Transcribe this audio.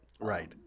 right